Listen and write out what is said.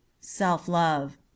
self-love